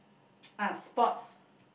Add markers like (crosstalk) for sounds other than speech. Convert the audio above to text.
(noise) ah sports